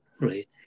right